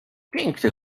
piękny